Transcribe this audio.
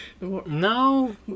No